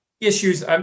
issues